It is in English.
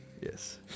yes